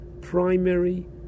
primary